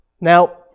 Now